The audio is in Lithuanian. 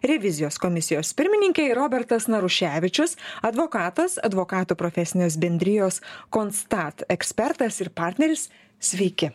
revizijos komisijos pirmininkė ir robertas naruševičius advokatas advokatų profesinės bendrijos constat ekspertas ir partneris sveiki